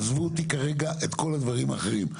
עזבו כרגע את כל הדברים האחרים,